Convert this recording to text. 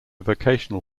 vocational